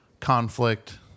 Conflict